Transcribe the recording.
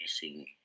facing